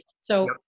So-